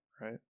right